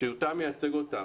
שיותם מייצג אותם,